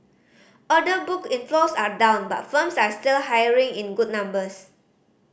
order book inflows are down but firms are still hiring in good numbers